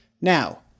Now